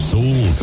Soul